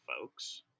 folks